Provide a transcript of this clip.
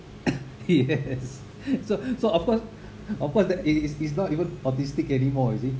yes so so of course of course that is is is not even autistic anymore you see